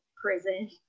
prison